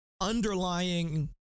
underlying